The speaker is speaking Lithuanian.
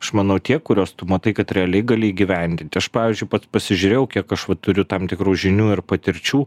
aš manau tie kuriuos tu matai kad realiai gali įgyvendint aš pavyzdžiui pats pasižiūrėjau kiek aš vat turiu tam tikrų žinių ir patirčių